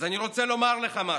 אז אני רוצה לומר לך משהו: